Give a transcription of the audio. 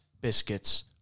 biscuits